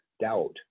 doubt